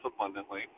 abundantly